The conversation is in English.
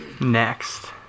Next